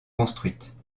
construite